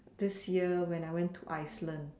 this year when I went to Iceland